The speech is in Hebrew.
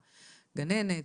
גננת,